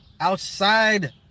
outside